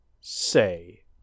say